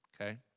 Okay